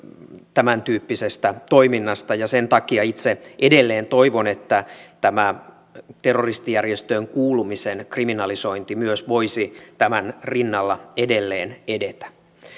tämäntyyppisestä toiminnasta ja sen takia itse edelleen toivon että tämä terroristijärjestöön kuulumisen kriminalisointi myös voisi tämän rinnalla edelleen edetä